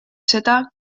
seda